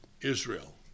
Israel